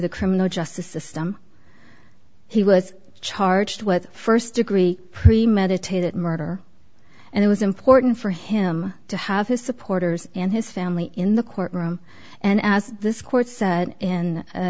the criminal justice system he was charged with st degree premeditated murder and it was important for him to have his supporters and his family in the courtroom and as this court said